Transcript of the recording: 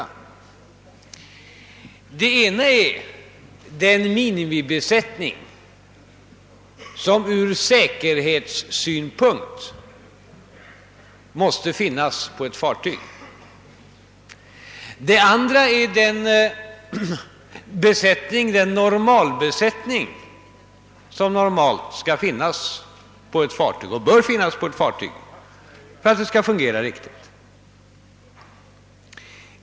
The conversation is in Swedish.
Man måste skilja mellan å ena sidan den minimibesättning som ur säkerhetssynpunkt måste finnas på ett fartyg och å andra sidan den besättning som normalt skall finnas på fartyg för att det skall fungera riktigt.